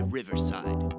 Riverside